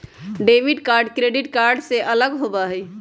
debit card credit card से अलग होबा हई